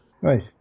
Right